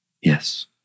Yes